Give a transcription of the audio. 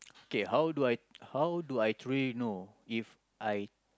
okay how do I how do I truly know If I